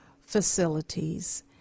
facilities